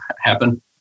happen